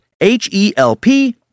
H-E-L-P